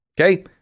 Okay